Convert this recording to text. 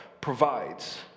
provides